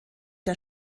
der